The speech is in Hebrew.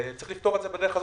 וצריך לפתור את זה בדרך הזאת,